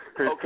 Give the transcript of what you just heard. Okay